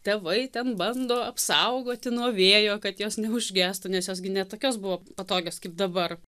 tėvai ten bando apsaugoti nuo vėjo kad jos neužgestų nes jos gi ne tokios buvo patogios kaip dabar